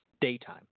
daytime